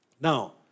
Now